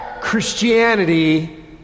Christianity